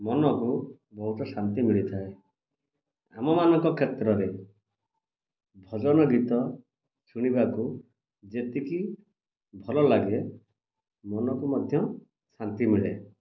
ମନକୁ ବହୁତ ଶାନ୍ତି ମିଳିଥାଏ ଆମମାନଙ୍କ କ୍ଷେତ୍ରରେ ଭଜନ ଗୀତ ଶୁଣିବାକୁ ଯେତିକି ଭଲ ଲାଗେ ମନକୁ ମଧ୍ୟ ଶାନ୍ତି ମିଳେ